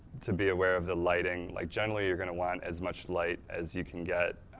to be aware of the lighting. like, generally you're going to want as much light as you can get,